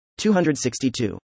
262